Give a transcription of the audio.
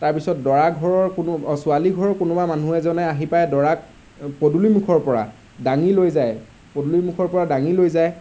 তাৰ পিছত দৰাঘৰৰ কোনো ছোৱালীঘৰৰ কোনোবা মানুহ এজনে আহি পাই দৰাক পদূলিমূখৰ পৰা দাঙি লৈ যায় পদূলিমূখৰ পৰা দাঙি লৈ যায়